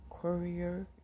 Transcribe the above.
Courier